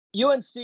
UNC